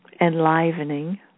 enlivening